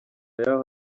y’aho